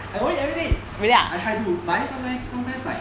I will read everyday I try to but then sometimes sometimes like